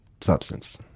substance